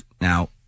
Now